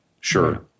Sure